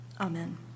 Amen